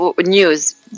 news